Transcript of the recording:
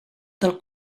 del